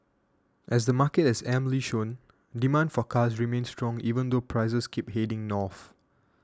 as the market has amply shown demand for cars remains strong even though prices keep heading north